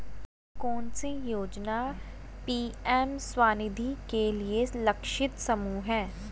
कौन सी योजना पी.एम स्वानिधि के लिए लक्षित समूह है?